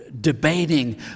debating